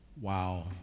Wow